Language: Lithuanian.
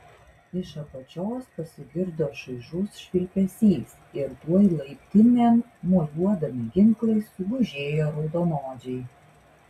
iš apačios pasigirdo šaižus švilpesys ir tuoj laiptinėn mojuodami ginklais sugužėjo raudonodžiai